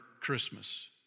Christmas